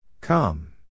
Come